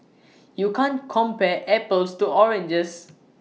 you can't compare apples to oranges